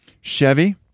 Chevy